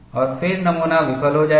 और फिर नमूना विफल हो जाएगा